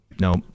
No